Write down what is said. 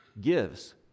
gives